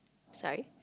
sorry